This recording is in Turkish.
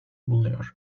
bulunuyor